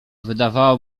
wydawało